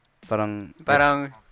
Parang